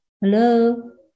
Hello